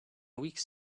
weeks